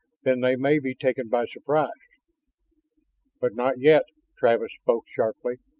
then they may be taken by surprise but not yet! travis spoke sharply.